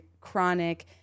chronic